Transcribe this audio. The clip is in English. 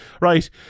Right